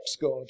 god